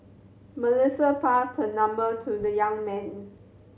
Melissa passed her number to the young man